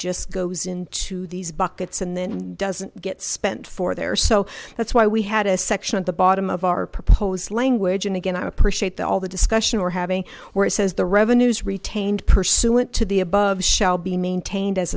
just goes into these buckets and then doesn't get spent for there so that's why we had a section at the bottom of our proposed language and again i appreciate that all the discussion we're having where it says the revenues retained pursuant to the above shall be maintained as